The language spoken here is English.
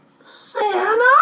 Santa